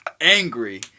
angry